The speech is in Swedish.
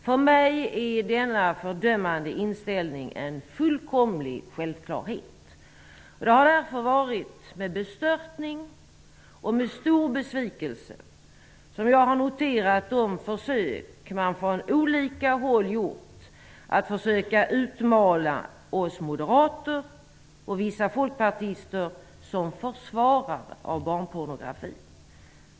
För mig är denna fördömande inställning en fullkomlig självklarhet. Det har därför varit med bestörtning och med stor besvikelse som jag har noterat de försök man från olika håll gjort att försöka utmåla oss moderater och vissa folkpartister som försvarare av barnpornografi.